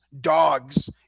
dogs